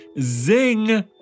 Zing